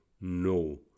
no